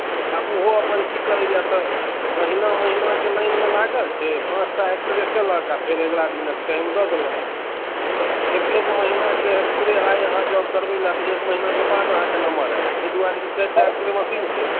आ ओहो अपन की करैए तऽ महीना महीनाके लाइनमे लागल छै पाँच टा एक्सरे केलक आ फेर अगिला दिनक टाइम दऽ देलक तऽ एक एक महीनाके एक्सरे आइ अहाँ जाउ करबै लेल तऽ एक महीना के बाद अहाँके नम्बर आयत एहि द्वारे जे चारिटा एक्सरे मशीन छै